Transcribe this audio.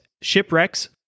shipwrecks